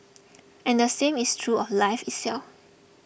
and the same is true of life itself